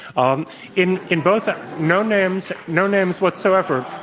um in in both ah no names no names whatsoever.